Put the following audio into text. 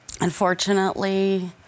Unfortunately